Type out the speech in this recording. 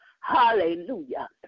Hallelujah